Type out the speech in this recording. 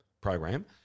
program